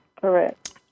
correct